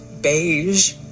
beige